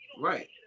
Right